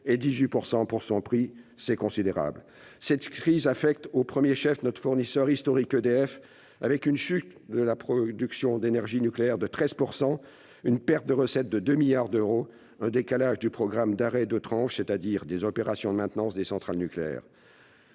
et 18 % pour son prix : c'est considérable ! Cette crise affecte au premier chef notre fournisseur historique, EDF, avec une chute de la production d'énergie nucléaire de 13 %, une perte de recettes de 2 milliards d'euros et un décalage du programme d'« arrêts de tranches », c'est-à-dire les opérations de maintenance des centrales nucléaires.